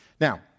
Now